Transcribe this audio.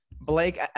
Blake